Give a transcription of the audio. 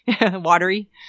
watery